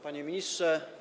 Panie Ministrze!